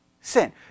sin